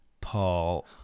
Paul